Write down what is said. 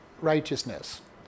righteousness